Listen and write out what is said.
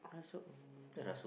Rasuk-The-Movie